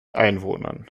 einwohnern